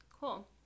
Cool